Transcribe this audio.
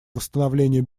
восстановлению